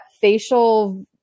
facial